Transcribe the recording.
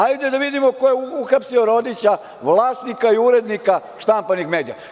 Ajde da vidimo ko je uhapsio Rodića, vlasnika i urednika štampanih medija?